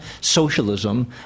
socialism